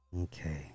Okay